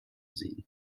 sehen